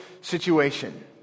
situation